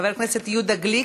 חבר הכנסת יהודה גליק,